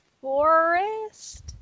forest